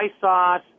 sauce